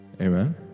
Amen